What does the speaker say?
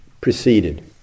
preceded